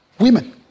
women